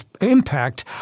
impact